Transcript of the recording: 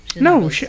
No